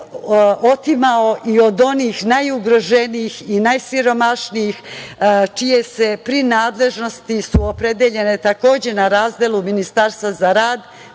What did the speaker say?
otimao i od onih najugroženijih i najsiromašnijih, čije su prinadležnosti opredeljene na razdelu Ministarstva za rad,